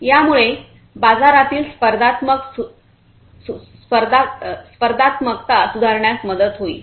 यामुळे बाजारातील स्पर्धात्मकता सुधारण्यास मदत होईल